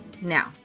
now